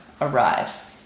arrive